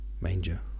manger